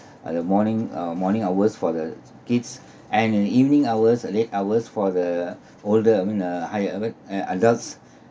uh the morning uh morning hours for the kids and in evening hours the late hours for the older I mean uh higher a bit and adults